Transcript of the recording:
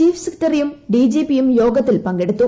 chief സെക്രട്ടറിയും ഡിജിപിയും യോഗത്തിൽ പങ്കെടുത്തു